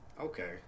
okay